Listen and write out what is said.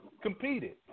competed